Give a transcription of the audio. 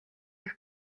дэх